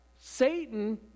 Satan